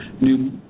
new